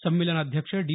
संमेलनाध्यक्ष डी